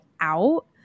out